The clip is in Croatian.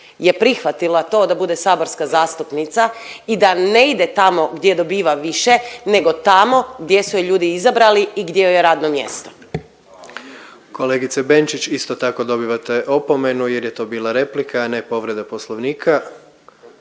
je prihvatila to da bude saborska zastupnica i da ne ide tamo gdje dobiva više nego tamo gdje su ju ljudi izabrali i gdje joj je radno mjesto. **Jandroković, Gordan (HDZ)** Kolegice Benčić isto tako dobivate opomenu jer je to bila replika, a ne povreda Poslovnika,